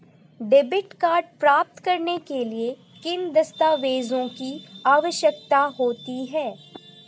Debit card प्राप्त करने के लिए किन दस्तावेज़ों की आवश्यकता होती है?